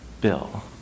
Bill